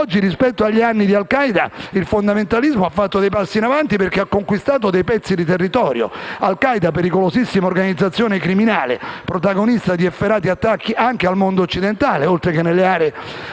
Oggi, rispetto agli anni di Al Qaeda, il fondamentalismo ha fatto dei passi in avanti perché ha conquistato dei pezzi di territorio. Al Qaeda, pericolosissima organizzazione criminale e protagonista di efferati attacchi anche al mondo occidentale, oltre che nelle aree